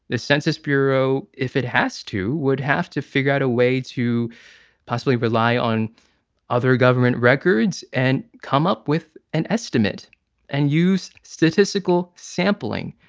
the census bureau, if it has to, would have to figure out a way to possibly rely on other government records and come up with an estimate and use statistical sampling,